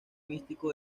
místico